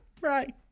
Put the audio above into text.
right